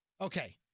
Okay